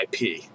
IP